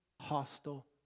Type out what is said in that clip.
hostile